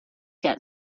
got